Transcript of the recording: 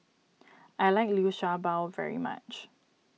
I like Liu Sha Bao very much